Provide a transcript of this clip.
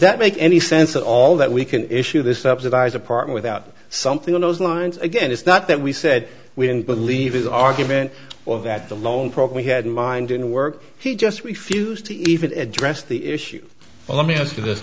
that make any sense at all that we can issue this subsidize apart without something on those lines again it's not that we said we didn't believe his argument of that the loan program he had in mind didn't work he just refused to even address the issue let me ask you this